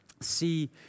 see